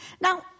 Now